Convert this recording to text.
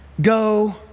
go